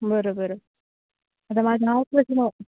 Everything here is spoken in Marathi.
बरं बरं